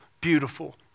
beautiful